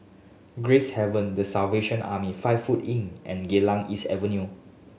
Gracehaven The Salvation Army five foot Inn and Geylang East Avenue